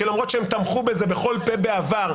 שלמרות שהם תמכו בזה בכל פה בעבר,